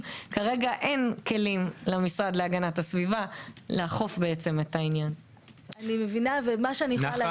זו ההחלטה של ועדת השרים לחקיקה.